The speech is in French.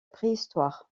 préhistoire